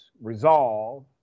resolve